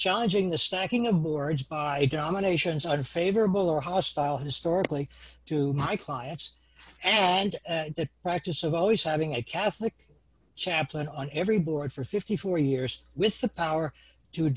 challenging the stacking of borage by nominations and favorable or hostile historically to my clients and the practice of always having a catholic chaplain on every board for fifty four years with the power to